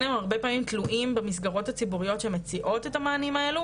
הם הרבה פעמים תלויים במסגרות הציבוריות שמציעות את המענים האלו